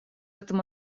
этом